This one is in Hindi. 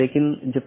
एक है स्टब